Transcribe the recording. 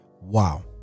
wow